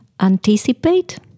anticipate